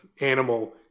animal